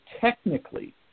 technically